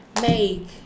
Make